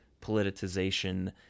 politicization